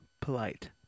polite